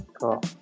cool